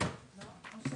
כפי שהוא עכשיו.